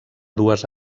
dues